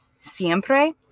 Siempre